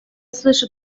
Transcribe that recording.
слышу